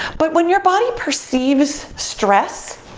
but when your body perceives stress,